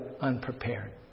unprepared